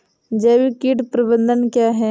जैविक कीट प्रबंधन क्या है?